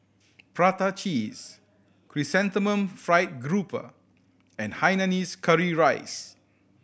prata cheese Chrysanthemum Fried Garoupa and hainanese curry rice